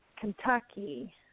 Kentucky